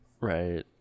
right